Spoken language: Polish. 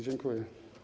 Dziękuję.